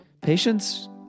patience